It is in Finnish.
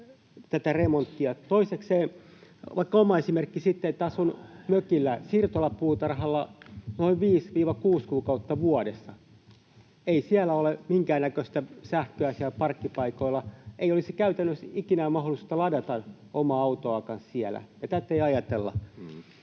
Toisekseen vaikka oma esimerkki sitten: Asun mökillä, siirtolapuutarhalla, noin 5–6 kuukautta vuodessa. Ei siellä parkkipaikoilla ole minkäännäköistä sähköä. Ei olisi käytännössä ikinä mahdollisuutta ladata omaa autoakaan siellä, ja tätä ei ajatella.